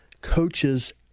coaches